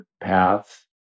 paths